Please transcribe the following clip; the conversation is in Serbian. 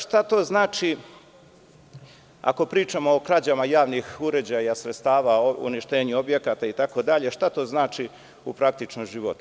Šta to znači ako pričamo o krađama javnih uređaja, sredstava, o uništenju objekata itd, šta to znači u praktičnom životu?